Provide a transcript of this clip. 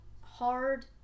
hard